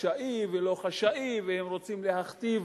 חשאי ולא חשאי, והם רוצים להכתיב